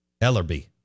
Ellerby